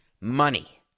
Money